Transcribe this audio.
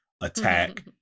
attack